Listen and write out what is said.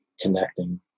Connecting